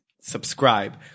subscribe